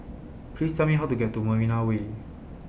Please Tell Me How to get to Marina Way